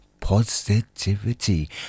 positivity